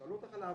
תנו לה לדבר.